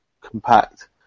compact